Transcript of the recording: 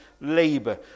labour